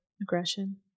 aggression